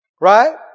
Right